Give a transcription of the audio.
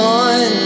on